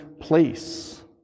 place